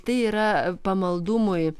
tai yra pamaldumui